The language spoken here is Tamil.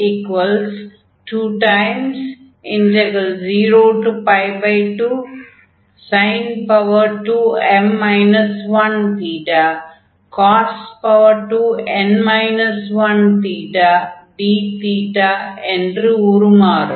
Bmn202sin2m 1 dθ என்று உருமாறும்